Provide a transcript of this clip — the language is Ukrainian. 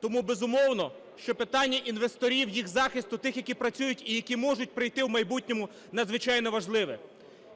Тому, безумовно, що питання інвесторів, їх захисту, тих, які працюють і які можуть прийти в майбутньому, надзвичайно важливе.